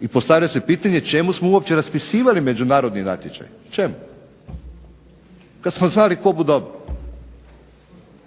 I postavlja se pitanje, čemu smo uopće raspisivali međunarodni natječaj, kada smo znali tko bude dobio.